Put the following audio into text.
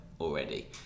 already